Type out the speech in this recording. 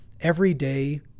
everyday